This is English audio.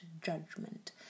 judgment